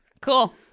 Cool